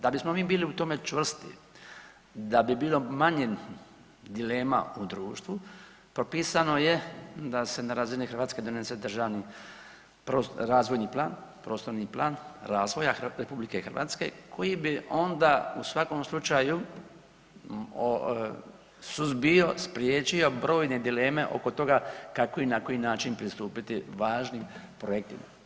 Da bismo mi bili u tome čvrsti, da bi bilo manje dilema u društvu propisano je da se na razini Hrvatske donese državni razvojni plan, prostorni plan razvoja RH koji bi onda u svakom slučaju suzbio, spriječio brojne dileme oko toga kako i na koji način pristupiti važnim projektima.